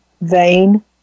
vain